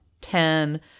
ten